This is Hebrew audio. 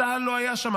צה"ל לא היה שם,